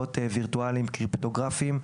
במטבעות וירטואליים קריפטוגרפים,